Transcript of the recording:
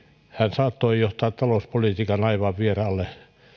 saattoi johtaa talouspolitiikan laivaa vieraaseen